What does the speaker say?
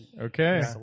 Okay